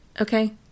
okay